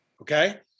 Okay